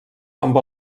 amb